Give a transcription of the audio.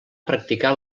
practicar